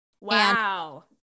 Wow